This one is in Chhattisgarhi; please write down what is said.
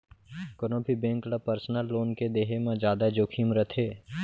कोनो भी बेंक ल पर्सनल लोन के देहे म जादा जोखिम रथे